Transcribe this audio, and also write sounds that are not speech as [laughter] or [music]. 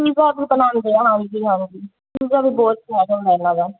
ਨਹੀਂ ਉਹ ਆਪ ਬਣਾਉਂਦੇ ਆ ਹਾਂਜੀ ਹਾਂਜੀ [unintelligible] ਵੀ ਬਹੁਤ ਜ਼ਿਆਦਾ ਹੈ ਇਹਨਾਂ ਦਾ